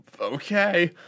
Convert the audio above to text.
okay